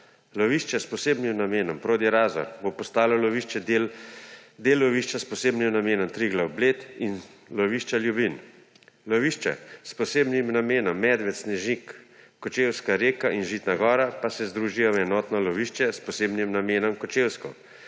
Lovišče s posebnim namenom Prodi-Razor bo postalo del lovišča s posebnim namenom Triglav Bled in lovišča Ljubinj. Lovišča s posebnim namenom Medved, Snežnik Kočevska Reka in Žitna gora pa se združijo v enotno lovišče s posebnim namenom Kočevsko,